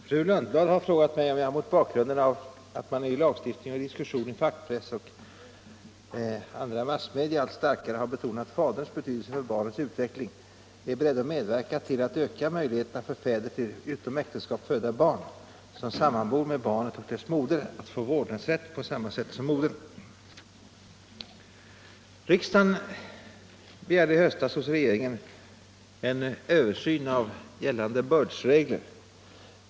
Herr talman! Fru Lundblad har frågat mig om jag mot bakgrund av att man i lagstiftning och i diskussion i fackpress och andra massmedia allt starkare betonat faderns betydelse för barnets utveckling är beredd att medverka till att öka möjligheterna för fäder till utom äktenskap födda barn, som sammanbor med barnet och dess moder, att få vårdnadsrätt på samma sätt som modern. Riksdagen hemställde i höstas hos regeringen om en översyn av gällande bördsregler.